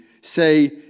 say